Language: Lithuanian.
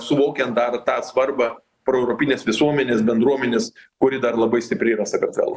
suvokiant dar tą svarbą proeuropinės visuomenės bendruomenės kuri dar labai stipriai yra sakartvele